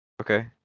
Okay